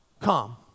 come